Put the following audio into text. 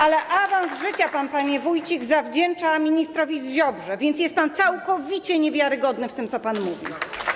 Ale awans życia, panie Wójcik, zawdzięcza pan ministrowi Ziobrze, więc jest pan całkowicie niewiarygodny w tym, co pan mówi.